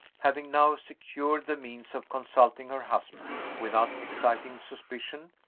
having now secured the means of consulting her husband without exciting suspicion,